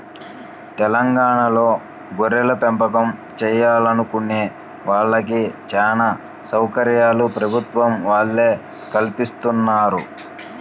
తెలంగాణాలో గొర్రెలపెంపకం చేయాలనుకునే వాళ్ళకి చానా సౌకర్యాలు ప్రభుత్వం వాళ్ళే కల్పిత్తన్నారు